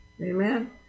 Amen